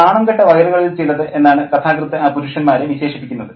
നാണം കെട്ട വയറുകളിൽ ചിലത് എന്നാണ് കഥാകൃത്ത് ആ പുരുഷന്മാരെ വിശേഷിപ്പിക്കുന്നത്